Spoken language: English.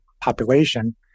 population